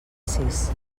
sis